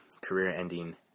career-ending